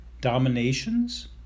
dominations